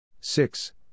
six